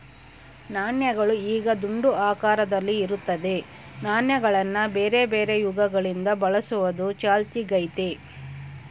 ನಾಣ್ಯಗಳು ಈಗ ದುಂಡು ಆಕಾರದಲ್ಲಿ ಇರುತ್ತದೆ, ನಾಣ್ಯಗಳನ್ನ ಬೇರೆಬೇರೆ ಯುಗಗಳಿಂದ ಬಳಸುವುದು ಚಾಲ್ತಿಗೈತೆ